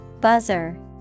Buzzer